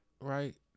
right